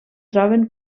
troben